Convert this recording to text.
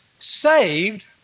saved